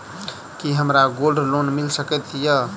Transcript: की हमरा gold loan मिल सकैत ये?